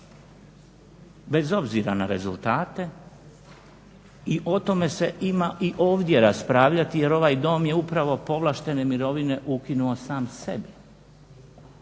bez obzira na rezultate i o tome se ima i ovdje raspravljati jer ovaj Dom je upravo povlaštene mirovine ukinuo sam sebi.